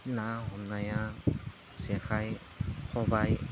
ना हमनाया जेखाइ खबाइदो